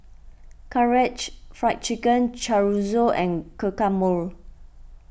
Karaage Fried Chicken Chorizo and Guacamole